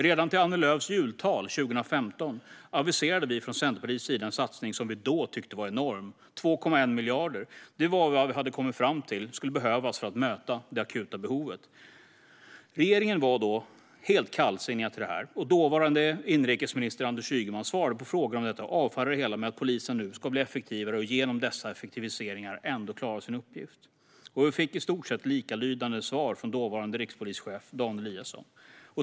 Redan till Annie Lööfs jultal 2015 aviserade vi från Centerpartiets sida en satsning som vi då tyckte var enorm: 2,1 miljarder. Det var vad vi hade kommit fram till skulle behövas för att möta det akuta behovet. Regeringen var då helt kallsinnig till detta. Dåvarande inrikesminister Anders Ygeman svarade på frågor om det och avfärdade det hela med att polisen nu skulle bli effektivare och genom dessa effektiviseringar ändå klara sin uppgift. Vi fick i stort sett likalydande svar från dåvarande rikspolischefen Dan Eliasson.